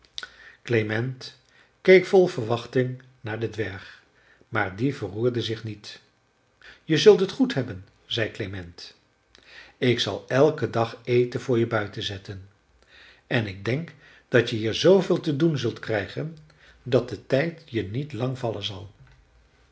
klement keek vol verwachting naar den dwerg maar die verroerde zich niet je zult het goed hebben zei klement ik zal elken dag eten voor je buiten zetten en ik denk dat je hier zooveel te doen zult krijgen dat de tijd je niet lang vallen zal